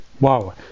Wow